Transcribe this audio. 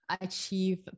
achieve